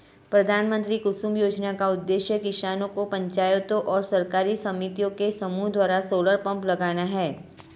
प्रधानमंत्री कुसुम योजना का उद्देश्य किसानों पंचायतों और सरकारी समितियों के समूह द्वारा सोलर पंप लगाना है